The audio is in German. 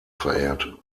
verehrt